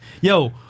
Yo